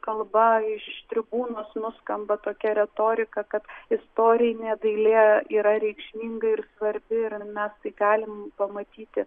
kalba iš tribūnos nuskamba tokia retorika kad istorinė dailė yra reikšminga ir svarbi ir mes tai galim pamatyti